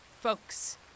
folks